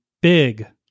big